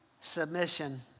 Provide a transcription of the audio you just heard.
Submission